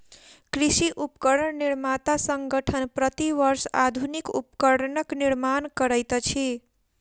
कृषि उपकरण निर्माता संगठन, प्रति वर्ष आधुनिक उपकरणक निर्माण करैत अछि